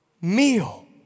meal